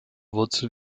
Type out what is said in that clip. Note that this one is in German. wurzel